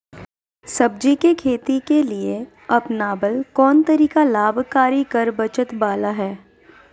सब्जी के खेती के लिए अपनाबल कोन तरीका लाभकारी कर बचत बाला है?